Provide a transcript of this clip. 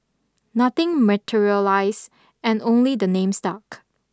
nothing materialised and only the name stuck